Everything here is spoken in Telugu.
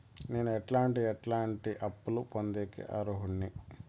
నేను ఎట్లాంటి ఎట్లాంటి అప్పులు పొందేకి అర్హుడిని?